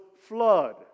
flood